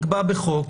בחוק,